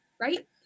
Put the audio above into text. right